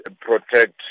protect